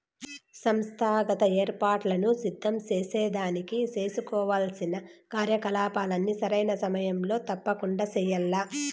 సంస్థాగత ఏర్పాట్లను సిద్ధం సేసేదానికి సేసుకోవాల్సిన కార్యకలాపాల్ని సరైన సమయంలో తప్పకండా చెయ్యాల్ల